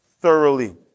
thoroughly